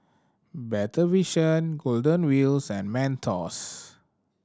Better Vision Golden Wheels and Mentos